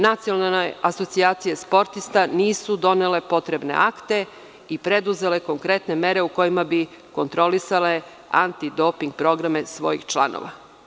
Nacionalne asocijacije sportista nisu donele potrebne akte i preduzele konkretne mere u kojima bi kontrolisale antidoping programe svojih članova.